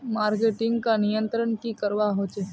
Marketing का नियंत्रण की करवा होचे?